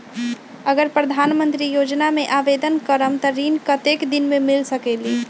अगर प्रधानमंत्री योजना में आवेदन करम त ऋण कतेक दिन मे मिल सकेली?